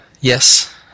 Yes